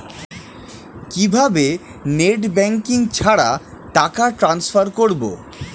কিভাবে net banking ছাড়া টাকা ট্রান্সফার করবো?